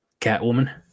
Catwoman